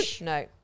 No